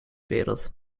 wereld